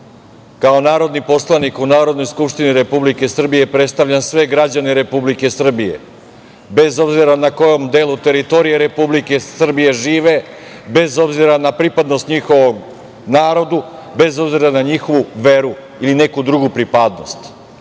Kao narodni poslanik u Narodnoj skupštini Republike Srbije predstavljam sve građane Republike Srbije, bez obzira na kojem delu teritorije Republike Srbije žive, bez obzira na pripadnost njihovom narodu, bez obzira na njihovu veru ili neku drugu pripadnost.